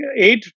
eight